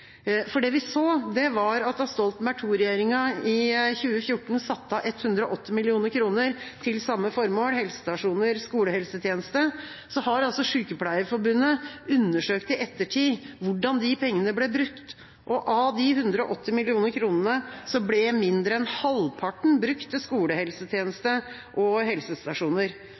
Det vi så, var at da Stoltenberg II-regjeringa i 2014 satte av 180 mill. kr til samme formål – helsestasjoner og skolehelsetjenesten – undersøkte Sykepleierforbundet i ettertid hvordan de pengene ble brukt. Av de 180 mill. kr ble mindre enn halvparten brukt til skolehelsetjeneste og helsestasjoner.